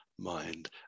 mind